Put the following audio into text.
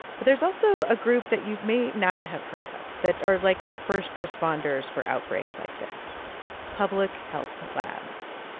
but there's also a group that you may not have heard of that are, like, first responders for outbreaks like this public health labs.